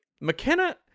McKenna